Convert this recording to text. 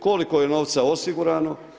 Koliko je novca osigurano?